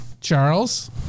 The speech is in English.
Charles